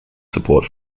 support